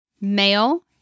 male